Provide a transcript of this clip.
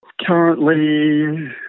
Currently